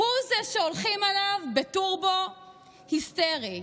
הוא שהולכים עליו בטורבו היסטרי.